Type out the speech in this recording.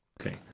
Okay